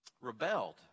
rebelled